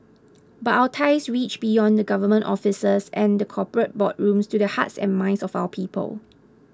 but our ties reach beyond the government offices and the corporate boardrooms to the hearts and minds of our people